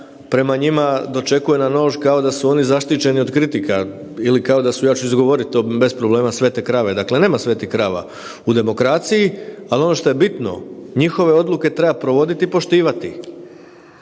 prema njima dočekuje na nož kao da su oni zaštićeni od kritika ili kao da su ja ću izgovorit to bez problema, svete krave, dakle nema svetih krava u demokraciji. Ali ono što je bitno njihove odluke treba provoditi i poštivat